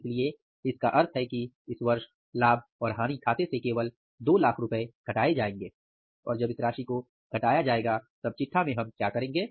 इसलिए इसका मतलब है कि इस वर्ष लाभ और हानि खाते से केवल 200000 घटाए जाएंगे और जब इस राशि को घटाया जायेगा तब चिटठा बैलेंस शीट में हम क्या करेंगे